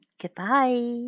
goodbye